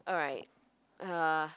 alright uh